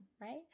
right